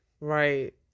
Right